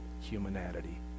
humanity